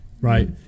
Right